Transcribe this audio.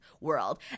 world